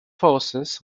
forces